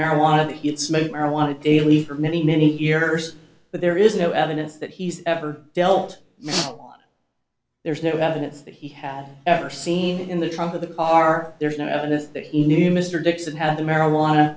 marijuana smoke marijuana daily for many many years but there is no evidence that he's ever dealt there is no evidence that he had ever seen in the trunk of the car there is no evidence that he knew mr dixon had the marijuana